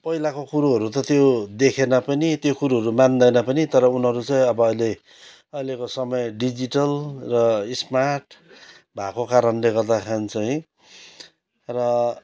पहिलाको कुरोहरू त त्यो देखेन पनि त्यो कुरोहरू मान्दैन पनि तर उनीहरू चाहिँ अब अहिले अहिलेको समय डिजिटल र स्मार्ट भएको कारणले गर्दाखेरि चाहिँ र